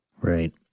Right